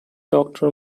doctor